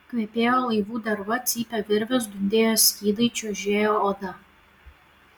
kvepėjo laivų derva cypė virvės dundėjo skydai čiužėjo oda